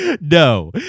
No